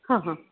हां हां